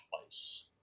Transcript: place